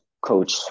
coach